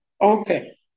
Okay